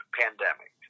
pandemic